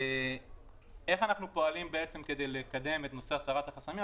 איך אנחנו פועלים כדי לקדם את הסרת החסמים?